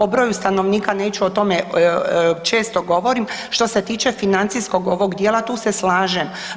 O broju stanovnika neću, o tome često govorim, što se tiče financijskog ovog dijela, tu se slažem.